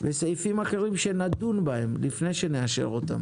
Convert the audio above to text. וסעיפים אחרים שנדון בהם, לפני שנאשר אותם